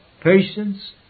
patience